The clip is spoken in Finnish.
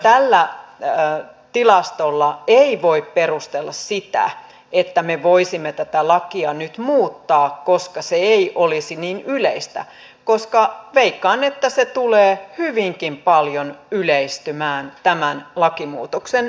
tällä tilastolla ei voi perustella sitä että me voisimme tätä lakia nyt muuttaa koska se ei olisi niin yleistä koska veikkaan että se tulee hyvinkin paljon yleistymään tämän lakimuutoksen jälkeen